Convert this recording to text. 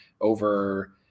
over